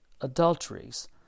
adulteries